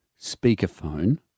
speakerphone